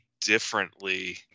differently